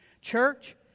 Church